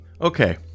Okay